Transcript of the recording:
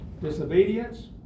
Disobedience